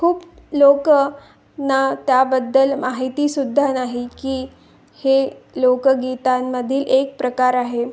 खूप लोकां ना त्याबद्दल माहितीसुद्धा नाही की हे लोकगीतांमधील एक प्रकार आहे